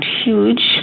huge